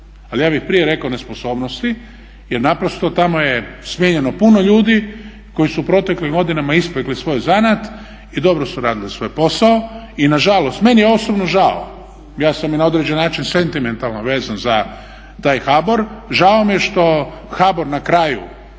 Ali ja bih prije rekao nesposobnosti jer naprosto tamo je smijenjeno puno ljudi koji su u proteklim godinama ispekli svoj zanat i dobro su radili svoj posao. I nažalost meni je osobno žao, ja sam i na određen način sentimentalno vezan za taj HBOR. Žao mi je što HBOR na kraju,